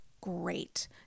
great